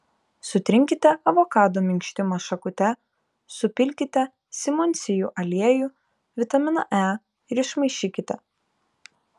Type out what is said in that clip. sutrinkite avokado minkštimą šakute supilkite simondsijų aliejų vitaminą e ir išmaišykite